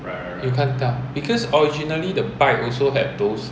you can't tell because originally the bike also had those